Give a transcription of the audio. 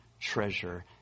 treasure